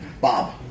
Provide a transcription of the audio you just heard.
Bob